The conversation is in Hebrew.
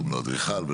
אדריכל,